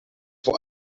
for